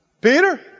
Peter